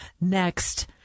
Next